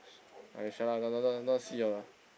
ah you shut up not not not not see [liao] lah